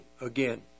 again